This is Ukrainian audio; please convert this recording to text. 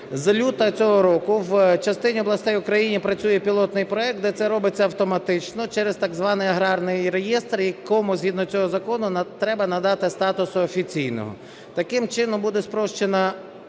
З лютого цього року в частині областей України працює пілотний проект, де це робиться автоматично через так званий аграрний реєстр, якому згідно цього закону треба надати статусу офіційного. Таким чином буде спрощено